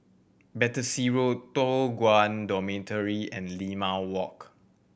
Battersea Road Toh Guan Dormitory and Limau Walk